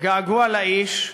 געגוע לאיש,